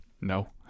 No